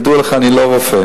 כידוע לך אני לא רופא,